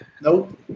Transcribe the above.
Nope